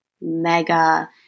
mega